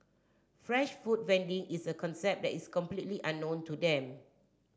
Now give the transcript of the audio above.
fresh food vending is a concept that is completely unknown to them